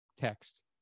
text